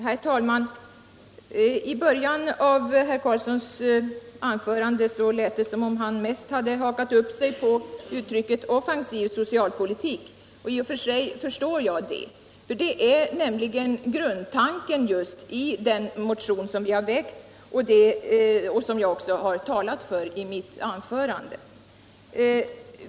Herr talman! I början av herr Karlssons i Huskvarna anförande lät det som om han mest hade hakat upp sig på uttrycket ”offensiv socialpolitik”. och i och för sig förstår jag det. Detta är nämligen grundtanken i den motion som vi har väckt och som jag också har talat för i mitt anförande.